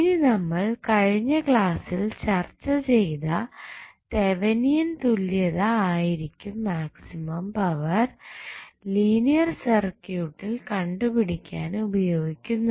ഇനി നമ്മൾ കഴിഞ്ഞ ക്ലാസ്സിൽ ചർച്ച ചെയ്ത തെവനിയൻ തുല്യതാ ആയിരിക്കും മാക്സിമം പവർ ലീനിയർ സർക്യൂട്ടിൽ കണ്ടുപിടിക്കുവാൻ ഉപയോഗിക്കുന്നത്